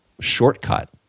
shortcut